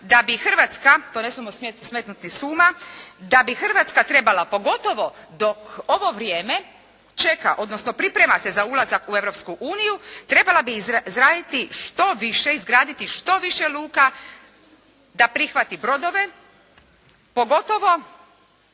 da bi Hrvatska to ne smijemo smetnuti s uma, da bi Hrvatska trebala pogotovo dok ovo vrijeme, čeka odnosno priprema se za ulazak u Europsku uniju, trebala bi izgraditi što više luka da prihvati brodove pogotovo